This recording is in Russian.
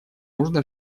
нужно